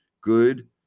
good